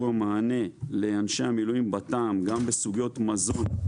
המענה לאנשי המילואים בטעם גם בסוגיות מזון,